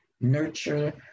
nurture